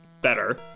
better